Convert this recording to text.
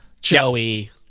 Joey